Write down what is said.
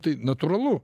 tai natūralu